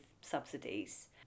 subsidies